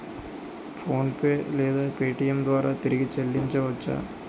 PhonePe లేదా Paytm ద్వారా తిరిగి చల్లించవచ్చ?